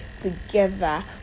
together